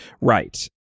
right